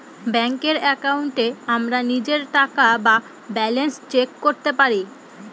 ব্যাঙ্কের একাউন্টে আমরা নিজের টাকা বা ব্যালান্স চেক করতে পারি